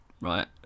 right